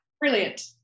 Brilliant